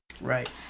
Right